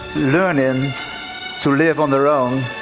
learning to live on their own